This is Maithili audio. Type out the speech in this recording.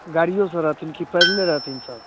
गाड़ियोसँ रहथिन कि पैदले रहथिन सब